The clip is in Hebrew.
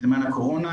בזמן הקורונה.